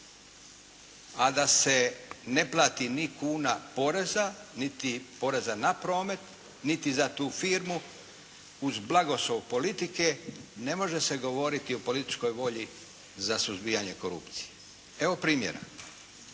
a da se ne plati ni kuna poreza niti poreza na promet niti za tu firmu uz blagoslov politike, ne može se govoriti o političkoj volji za suzbijanje korupcije. Evo primjera,